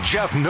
Jeff